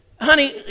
honey